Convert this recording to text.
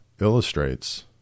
illustrates